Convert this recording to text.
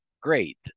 great